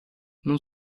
non